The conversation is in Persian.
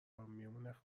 میمونه